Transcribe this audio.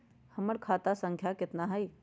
हमर खाता संख्या केतना हई?